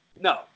No